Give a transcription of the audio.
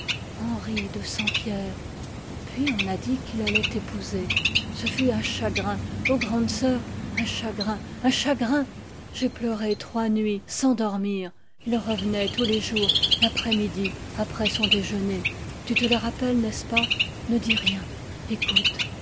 henry de sampierre puis on a dit qu'il allait t'épouser ce fut un chagrin oh grande sœur un chagrin un chagrin j'ai pleuré trois nuits sans dormir il revenait tous les jours l'après-midi après son déjeuner tu te le rappelles n'estce pas ne dis rien écoute